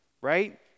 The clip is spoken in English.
right